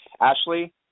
Ashley